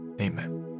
Amen